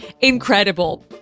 incredible